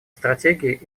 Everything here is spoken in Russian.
стратегии